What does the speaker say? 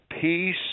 Peace